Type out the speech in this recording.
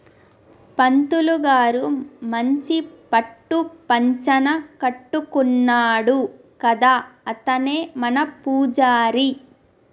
పంతులు గారు మంచి పట్టు పంచన కట్టుకున్నాడు కదా అతనే మన పూజారి